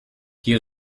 die